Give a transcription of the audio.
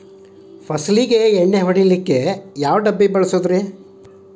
ಫಸಲಿಗೆ ಎಣ್ಣೆ ಹೊಡೆಯಲು ಯಾವ ಡಬ್ಬಿ ಬಳಸುವುದರಿ?